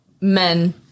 men